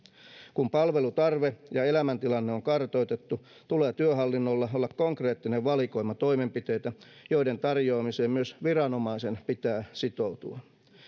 kun palvelutarve ja elämäntilanne on kartoitettu tulee työhallinnolla olla konkreettinen valikoima toimenpiteitä joiden tarjoamiseen myös viranomaisen pitää sitoutua